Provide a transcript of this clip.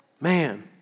Man